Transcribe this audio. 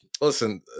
Listen